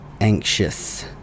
Anxious